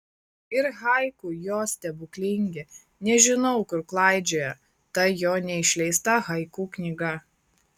ir haiku jo stebuklingi nežinau kur klaidžioja ta jo neišleista haiku knyga